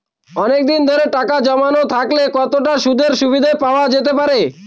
অনেকদিন ধরে টাকা জমানো থাকলে কতটা সুদের সুবিধে পাওয়া যেতে পারে?